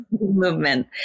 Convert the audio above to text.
movement